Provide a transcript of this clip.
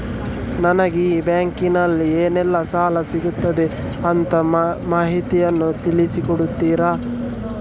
ನನಗೆ ಈ ಬ್ಯಾಂಕಿನಲ್ಲಿ ಏನೆಲ್ಲಾ ಸಾಲ ಸಿಗುತ್ತದೆ ಅಂತ ಮಾಹಿತಿಯನ್ನು ತಿಳಿಸಿ ಕೊಡುತ್ತೀರಾ?